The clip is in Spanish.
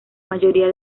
mayoría